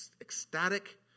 ecstatic